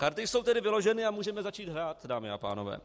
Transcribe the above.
Karty jsou tedy vyloženy a můžeme začít hrát, dámy a pánové.